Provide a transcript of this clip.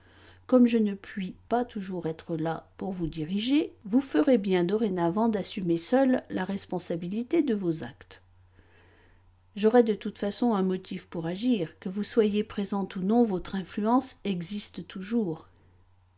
comme je ne puis pas toujours être là pour vous diriger vous ferez bien dorénavant d'assumer seul la responsabilité de vos actes j'aurai de toute façon un motif pour agir que vous soyez présente ou non votre influence existe toujours